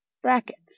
brackets